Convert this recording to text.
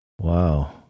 Wow